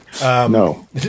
No